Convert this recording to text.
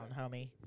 homie